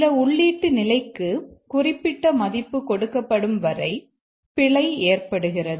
சில உள்ளீட்டு நிலைக்கு குறிப்பிட்ட மதிப்பு கொடுக்கப்படும் வரை பிழை ஏற்படுகிறது